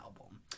album